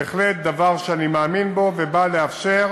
בהחלט דבר שאני מאמין בו ובא לאפשר